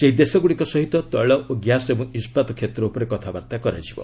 ସେହି ଦେଶଗୁଡ଼ିକ ସହିତ ତେଳ ଓ ଗ୍ୟାସ୍ ଏବଂ ଇସ୍କାତ କ୍ଷେତ୍ର ଉପରେ କଥାବାର୍ତ୍ତା କରାଯିବ